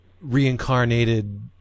reincarnated